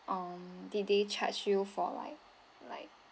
um did they charge you for like like